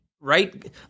right